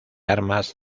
armas